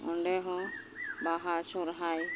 ᱚᱸᱰᱮᱦᱚᱸ ᱵᱟᱦᱟ ᱥᱚᱦᱚᱨᱟᱭ